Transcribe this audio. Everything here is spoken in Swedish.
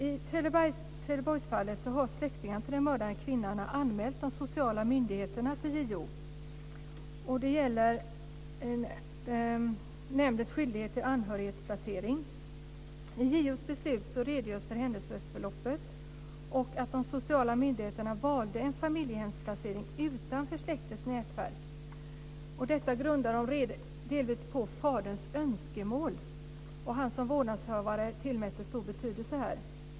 I Trelleborgsfallet har släktingar till den mördade kvinnan anmält de sociala myndigheterna till JO. Det gäller nämndens skyldighet till anhörighetsplacering. I JO:s beslut redogörs för händelseförloppet. De sociala myndigheterna valde en familjehemsplacering utanför släktens nätverk. Detta grundar man delvis på faderns önskemål. Han som vårdnadshavare tillmättes stor betydelse.